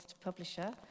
publisher